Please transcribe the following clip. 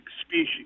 species